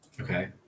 Okay